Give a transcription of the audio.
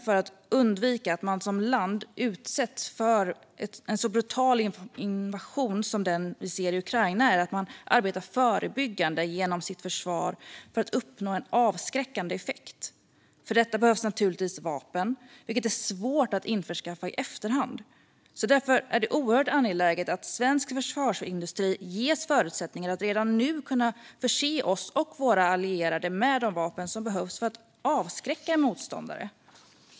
För att undvika att man som land utsätts för en så brutal invasion som den vi ser i Ukraina behöver man ha som grund att arbeta förebyggande genom sitt försvar. På så sätt kan man uppnå en avskräckande effekt. För detta behövs naturligtvis vapen, vilket är svårt att införskaffa i efterhand. Därför är det oerhört angeläget att svensk försvarsindustri ges förutsättningar att redan nu kunna förse oss och våra allierade med de vapen som behövs för att avskräcka en motståndare.